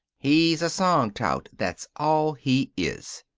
he's a song tout, that's all he is.